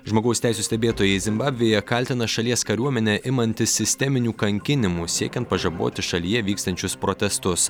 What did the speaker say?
žmogaus teisių stebėtojai zimbabvėje kaltina šalies kariuomenę imantis sisteminių kankinimų siekiant pažaboti šalyje vykstančius protestus